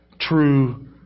true